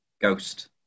Ghost